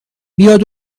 بیاد